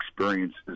experiences